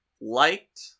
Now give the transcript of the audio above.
liked